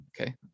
Okay